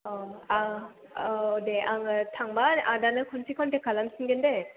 औ ओं औ दे आङो थांबा आदानो खनसे कनटेक्ट खालाम फिनगोन दे